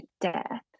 death